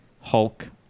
hulk